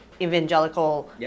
evangelical